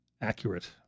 accurate